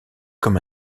comme